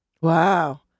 Wow